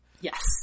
Yes